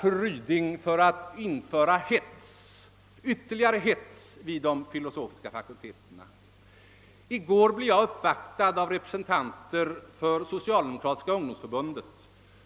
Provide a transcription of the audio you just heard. Fru Ryding säger att detta är att införa mera hets vid de filosofiska fakulteterna. I går blev jag uppvaktad av representanter för Socialdemokratiska ungdomsförbundet